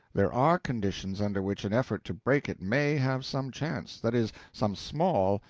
there are conditions under which an effort to break it may have some chance that is, some small,